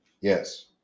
Yes